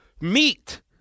meat